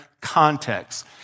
context